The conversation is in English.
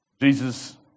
Jesus